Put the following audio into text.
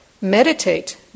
Meditate